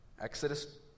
Exodus